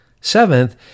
Seventh